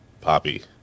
Poppy